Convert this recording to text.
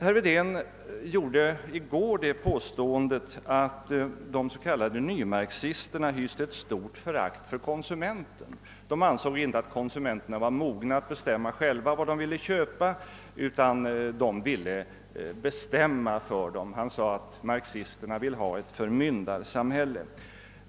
Herr Wedén påstod i går att de s.k. nymarxisterna hyste ett starkt förakt för konsumenterna; de ansåg inte att konsumenterna var mogna att själva avgöra vad de skulle köpa utan ville bestämma för dem. Han sade att marxisterna önskade ett förmyndarsamhälle.